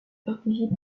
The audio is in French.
participe